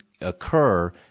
occur